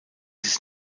ist